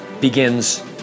begins